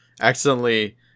accidentally